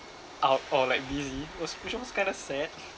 out or like busy it was which was kind of sad